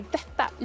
detta